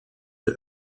der